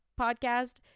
podcast